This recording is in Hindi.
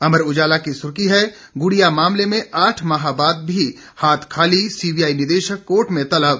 अमर उजाला की सुर्खी है गुड़िया मामले में आठ माह बाद भी हाथ खाली सीबीआई निदेशक कोर्ट में तलब